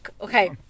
Okay